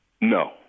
No